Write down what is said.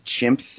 chimps